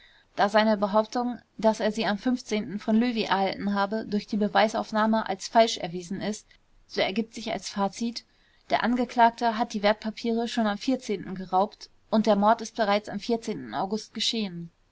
da seine behauptung daß er sie am von löwy erhalten habe durch die beweisaufnahme als falsch erwiesen ist so ergibt sich als fazit der angeklagte hat die wertpapiere schon am geraubt und der mord ist bereits am august geschehen